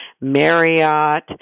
Marriott